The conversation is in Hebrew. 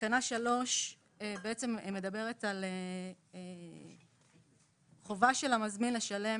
תקנה 3. התקנה מדברת על חובה של המזמין לשלם